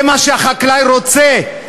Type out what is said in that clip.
זה מה שהחקלאי רוצה.